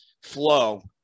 flow